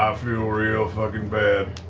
ah feel real fucking bad.